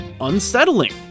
unsettling